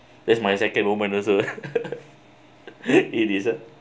this is my second woman also a dessert